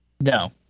No